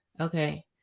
Okay